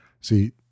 See